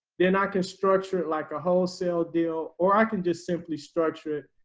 then i can structure it like a wholesale deal, or i can just simply structure it.